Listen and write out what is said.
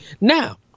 Now